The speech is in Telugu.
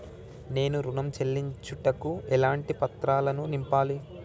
నేను ఋణం చెల్లించుటకు ఎలాంటి పత్రాలను నింపాలి?